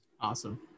Awesome